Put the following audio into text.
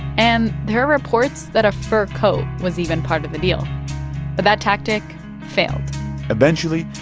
and there are reports that a fur coat was even part of the deal. but that tactic failed eventually,